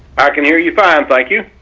i can hear you fine. thank you.